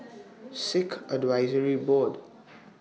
Sikh Advisory Board